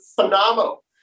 phenomenal